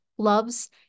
loves